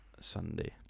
Sunday